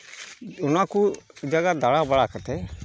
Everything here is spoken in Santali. ᱚᱱᱟ ᱠᱚ ᱡᱟᱭᱜᱟ ᱫᱟᱬᱟ ᱵᱟᱲᱟ ᱠᱟᱛᱮᱫ